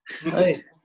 Hey